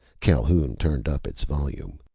calhoun turned up its volume.